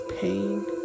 pain